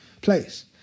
place